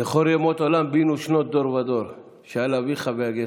"זְכֹר ימות עולם בינו שנות דור ודור שאל אביך וְיַגֵּדְךָ".